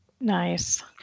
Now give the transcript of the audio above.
Nice